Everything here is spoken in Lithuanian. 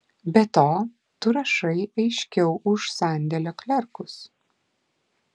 be to tu rašai aiškiau už sandėlio klerkus